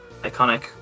iconic